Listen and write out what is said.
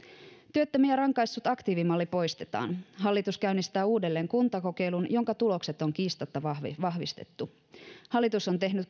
työttömiä rangaissut aktiivimalli poistetaan hallitus käynnistää uudelleen kuntakokeilun jonka tulokset on kiistatta vahvistettu hallitus on tehnyt